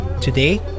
Today